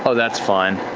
ah that's fun.